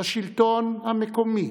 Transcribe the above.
בשלטון המקומי,